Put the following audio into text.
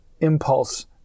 impulse